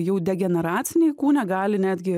jau degeneraciniai kūne gali netgi